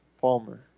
Palmer